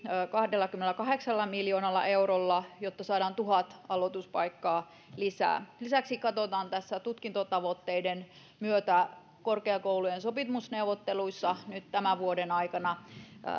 kahdellakymmenelläkahdeksalla miljoonalla eurolla jotta saadaan tuhat aloituspaikkaa lisää lisäksi katsotaan tässä tutkintotavoitteiden myötä korkeakoulujen sopimusneuvotteluissa nyt tämän vuoden aikana